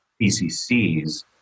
PCCs